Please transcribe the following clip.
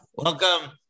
Welcome